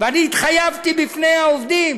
ואני התחייבתי בפני העובדים